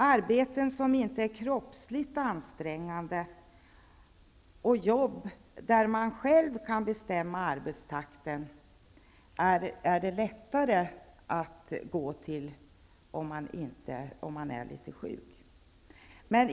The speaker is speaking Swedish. Arbeten som inte är kroppsligt ansträngande och jobb i vilka man själv kan bestämma arbetstakten är det lättare att gå till om man är litet sjuk.